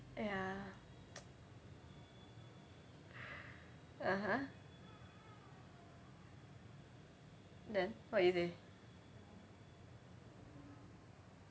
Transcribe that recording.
ya (uh huh) then what you say